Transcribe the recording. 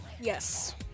Yes